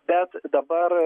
bet dabar